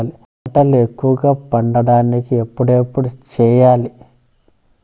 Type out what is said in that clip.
పంటల ఎక్కువగా పండాలంటే ఎప్పుడెప్పుడు సేయాలి?